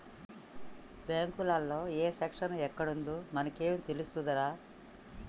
బాంకులల్ల ఏ సెక్షను ఎక్కడుందో మనకేం తెలుస్తదిరా